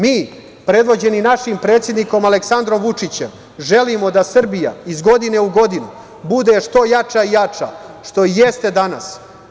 Mi, prevođeni našim predsednikom Aleksandrom Vučićem, želimo da Srbija iz godine u godinu bude što jača i jača, što i jeste danas.